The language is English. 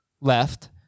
left